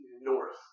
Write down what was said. North